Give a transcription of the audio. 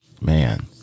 Man